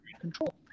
control